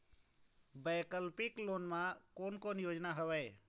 वैकल्पिक लोन मा कोन कोन योजना हवए?